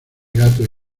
gatos